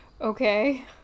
Okay